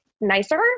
nicer